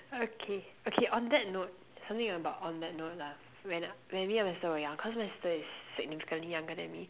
okay okay on that note something about on that note lah when me and my sister were young because my sister is significantly younger than me